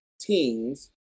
teens